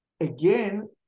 again